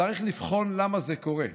צריך לבחון למה זה קורה.